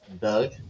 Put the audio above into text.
doug